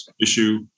issue